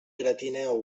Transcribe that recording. gratineu